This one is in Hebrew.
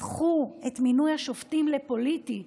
הפכו את מינוי השופטים לפוליטי.